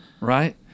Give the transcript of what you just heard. right